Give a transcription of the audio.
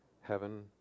heaven